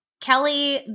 Kelly